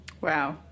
Wow